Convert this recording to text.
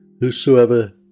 Whosoever